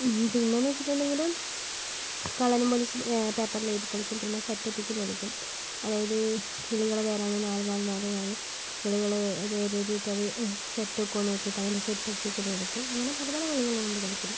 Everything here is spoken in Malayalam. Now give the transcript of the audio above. പിന്നേന്ന് വച്ചിട്ടുണ്ടെങ്കില് കള്ളനും പോലീസും പേപ്പറിൽ എഴുതി കളിക്കും സെറ്റ് ഒപ്പിക്കല് കളിക്കും അതായത് കിളികളെ പേരാണ് നാല് നാല് നാല് കിളികളെ പേര് എഴുതിയിട്ട് അത് സെറ്റ് ഒക്കെ നോക്കിയിട്ട് അങ്ങനെ സെറ്റ് ഒപ്പിക്കല് കളിക്കും അങ്ങനെ പല പല കളികളും ഉണ്ട് കളിക്കുന്നത്